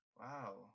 Wow